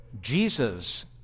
Jesus